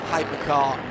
Hypercar